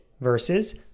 versus